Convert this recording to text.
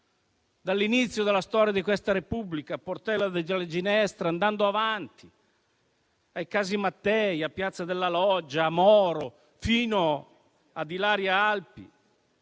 dall'inizio della storia di questa Repubblica, da Portella della Ginestra, andando avanti al caso Mattei, a piazza della Loggia, alla vicenda Moro fino a Ilaria Alpi,